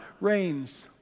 reigns